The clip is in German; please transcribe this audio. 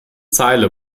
zeile